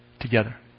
together